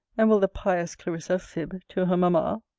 and will the pious clarissa fib to her mamma?